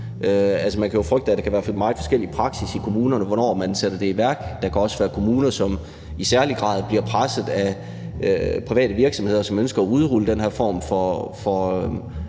Man kan jo frygte, at der kan være meget forskellige praksisser i kommunerne for, hvornår de sætter det i værk. Der kan også være kommuner, som i særlig grad bliver presset af private virksomheder, som ønsker at udrulle den her form for